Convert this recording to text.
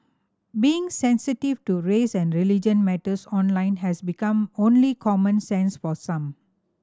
being sensitive to race and religion matters online has become only common sense for some